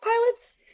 pilots